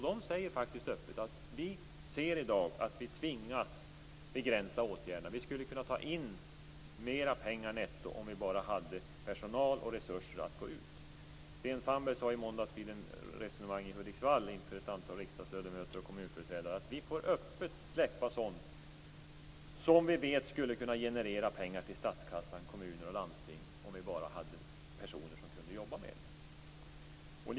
De säger öppet att de i dag tvingas begränsa åtgärderna. De skulle kunna ta in mer pengar netto om de bara hade personal och resurser för att gå ut. Vid en diskussion i Hudiksvall i måndags med ett antal riksdagsledamöter och kommunföreträdare, sade Sten Fannberg att de får släppa sådant som de vet skulle kunna generera pengar till statskassan, kommuner och landsting, om de bara hade personer som kunde jobba med det.